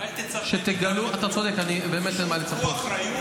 אל תצפה מאיתנו לכלום.